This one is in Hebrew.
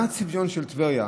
מה הצביון של טבריה?